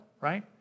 right